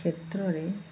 କ୍ଷେତ୍ରରେ